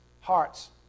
hearts